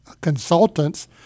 consultants